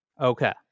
Okay